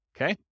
Okay